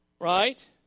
right